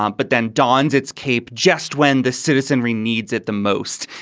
um but then dons its cape just when the citizenry needs it the most.